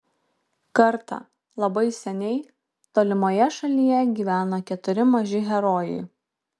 kartą labai seniai tolimoje šalyje gyveno keturi maži herojai